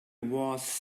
was